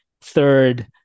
third